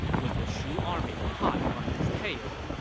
with the shu army hot on his tail.